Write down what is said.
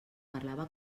parlava